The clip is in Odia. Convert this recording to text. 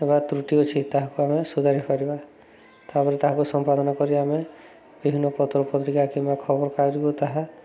ଏବା ତ୍ରୁଟି ଅଛି ତାହାକୁ ଆମେ ସୁଧାରି ପାରିବା ତାପରେ ତାହାକୁ ସମ୍ପାଦନ କରି ଆମେ ବିଭିନ୍ନ ପତ୍ର ପତ୍ରିକା କିମ୍ବା ଖବର କାଗଜକୁ ତାହା